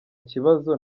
kibazo